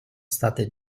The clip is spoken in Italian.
state